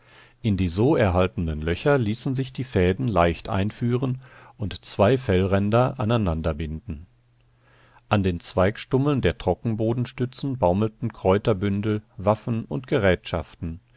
in die so erhaltenen löcher ließen sich die fäden leicht einführen und zwei fellränder aneinander binden an den zweigstummeln der trockenbodenstützen baumelten kräuterbündel waffen und gerätschaften